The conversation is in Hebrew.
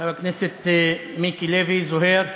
חבר הכנסת מיקי לוי, זוהיר,